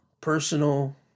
personal